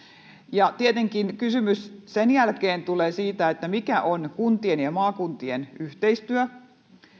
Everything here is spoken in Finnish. ja tietenkin kysymys sen jälkeen tulee siitä mikä on kuntien ja maakuntien yhteistyö